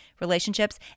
relationships